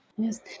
Yes